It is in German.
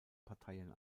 parteien